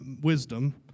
wisdom